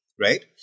right